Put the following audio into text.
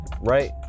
right